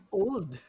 old